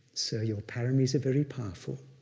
sir, your paramis are very powerful.